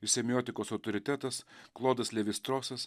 ir semiotikos autoritetas klodas levi strosas